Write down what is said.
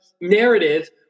narrative